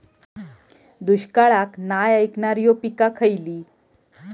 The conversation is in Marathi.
दुष्काळाक नाय ऐकणार्यो पीका खयली?